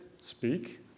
speak